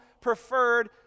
preferred